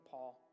Paul